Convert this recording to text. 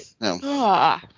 No